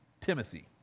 Timothy